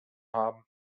haben